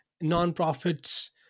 non-profits